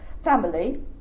family